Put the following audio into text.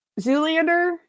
Zoolander